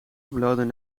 uploaden